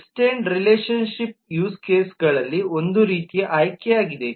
extend relationship use ಕೇಸ್ಗಳಲ್ಲಿ ಒಂದು ರೀತಿಯ ಆಯ್ಕೆಯಾಗಿದೆ